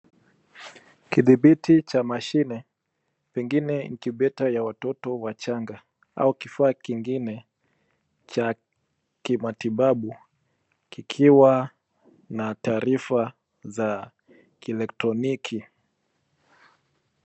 Kidhibiti cha mashine pengine incubator ya watoto wachanga au kifaa kingine cha kimatibabu kikiwa na taarifa za kielektroniki.